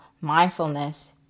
mindfulness